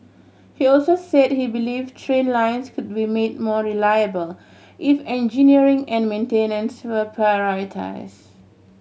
he also said he believe train lines could be made more reliable if engineering and maintenance were prioritise